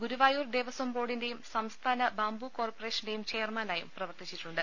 ഗുരുവായൂർ ദേവസ്വം ബോർഡിന്റെയും സംസ്ഥാന ബാംബു കോർപ്പറേഷന്റെയും ചെയർമാനായും പ്രവർത്തിച്ചിട്ടുണ്ട്